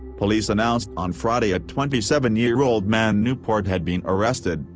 police announced on friday a twenty seven year old man newport had been arrested,